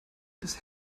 des